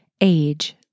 age